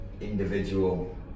individual